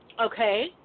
okay